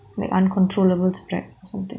like uncontrollable spread or something